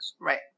Right